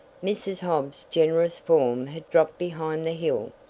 mrs. hobbs's generous form had dropped behind the hill.